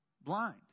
blind